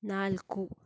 ನಾಲ್ಕು